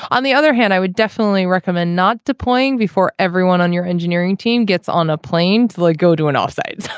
on the other hand i would definitely recommend not deploying before everyone on your engineering team gets on a plane. like go to an off site